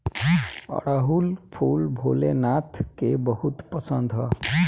अढ़ऊल फूल भोले नाथ के बहुत पसंद ह